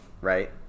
Right